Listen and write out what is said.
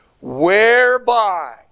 Whereby